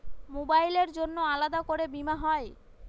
মোবাইলের জন্য আলাদা করে বীমা হয়?